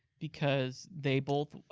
because they both